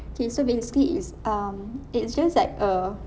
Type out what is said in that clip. okay so basically it's um it's just like a